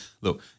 look